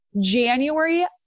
January